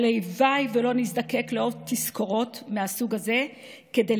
הלוואי שלא נזדקק לעוד תזכורות מהסוג הזה כדי